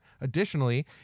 Additionally